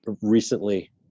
Recently